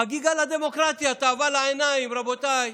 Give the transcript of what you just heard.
חגיגה לדמוקרטיה, תאווה לעיניים, רבותיי,